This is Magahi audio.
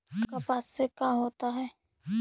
कपास से का होता है?